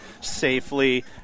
safely